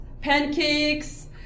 pancakes